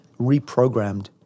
reprogrammed